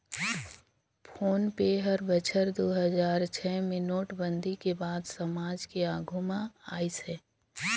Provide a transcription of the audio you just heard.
phone पे हर बछर दू हजार छै मे नोटबंदी के बाद समाज के आघू मे आइस हे